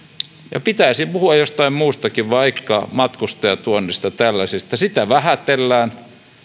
ja pitäisi puhua jostain muustakin vaikka matkustajatuonnista ja tällaisista sitä vähätellään